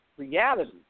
reality